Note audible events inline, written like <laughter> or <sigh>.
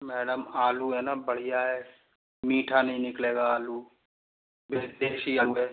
madam आलू है न बढ़िया है मीठा नहीं निकलेगा आलू <unintelligible>